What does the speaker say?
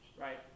right